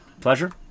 Pleasure